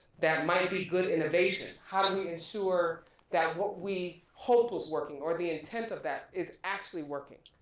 that might be good innovation, how do we ensure that what we hope was working or the intent of that is actually working,